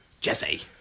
Jesse